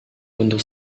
untuk